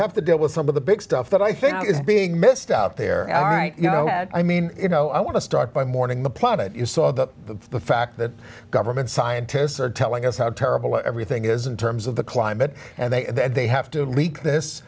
have to deal with some of the big stuff that i think is being missed out there aren't you know i mean you know i want to start by morning the planet you saw that the fact that government scientists are telling us how terrible everything is in terms of the climate and they that they have to leak this